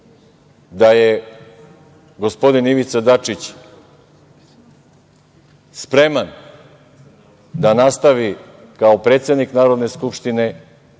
da je gospodin Ivica Dačić spreman da nastavi kao predsednik Narodne skupštine